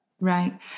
right